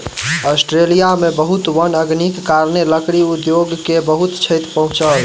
Australia में बहुत वन अग्निक कारणेँ, लकड़ी उद्योग के बहुत क्षति पहुँचल